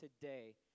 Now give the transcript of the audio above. today